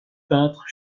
peintres